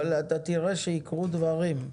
אבל אתה תראה שיקרו דברים.